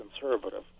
conservative